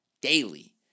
daily